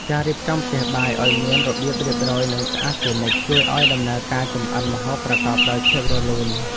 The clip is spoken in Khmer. តម្រូវការអ្នកជំនាញផ្នែកទីផ្សារសម្រាប់ភោជនីយដ្ឋានមានការកើនឡើង ដើម្បីផ្សព្វផ្សាយមុខម្ហូបថ្មីៗដល់អតិថិជន។